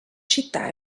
città